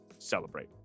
celebrate